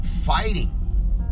fighting